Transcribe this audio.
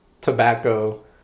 tobacco